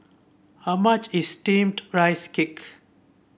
how much is steamed Rice Cakes